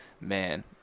man